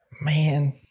Man